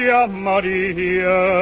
Maria